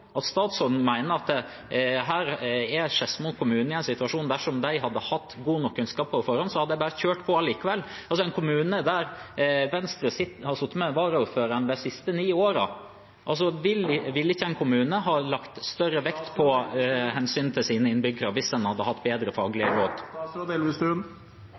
at statsråden mener at Skedsmo kommune er i den situasjon at dersom de hadde hatt god nok kunnskap på forhånd, hadde de bare kjørt på allikevel – en kommune der Venstre har sittet med varaordføreren de siste ni årene? Ville ikke en kommune ha lagt større vekt på hensynet til sine innbyggere hvis en hadde hatt bedre